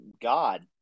god